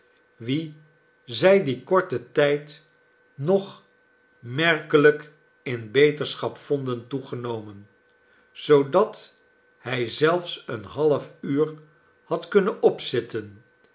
wien zij dien korten tijd nog merkelijk in beterschap vonden toegenomen zoodat hij zelfs een half uur had kunnen opzitten